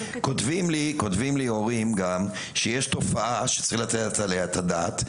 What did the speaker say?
כותבים לי הורים גם שיש תופעה שצריך לתת עליה את הדעת,